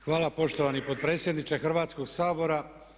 Hvala poštovani potpredsjedniče Hrvatskog sabora.